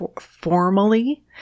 formally